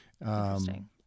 Interesting